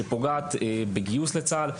שפוגעת בגיוס לצה"ל,